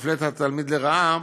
מפלה את התלמיד לרעה,